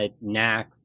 Knack